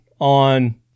on